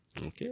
Okay